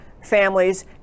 families